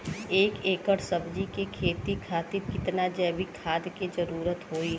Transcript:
एक एकड़ सब्जी के खेती खातिर कितना जैविक खाद के जरूरत होई?